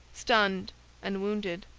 stunned and wounded.